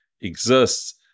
exists